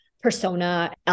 persona